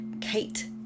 Kate